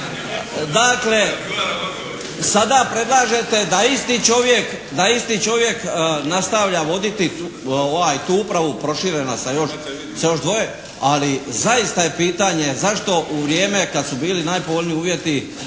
Dakle sada predlažete da isti čovjek nastavlja voditi tu upravu proširenu sa još dvoje, ali zaista je pitanje zašto u vrijeme kada su bili najpovoljniji uvjeti